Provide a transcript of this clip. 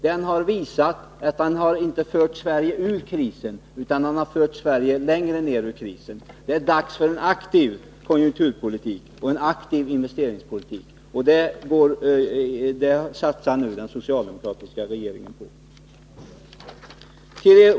Den har inte fört Sverige ur krisen, utan den har fört Sverige längre ner i krisen. Det är dags för en aktiv konjunkturpolitik och en aktiv investeringspolitik. Det satsar nu den socialdemokratiska regeringen på.